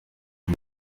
uyu